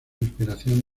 inspiración